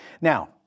Now